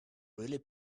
really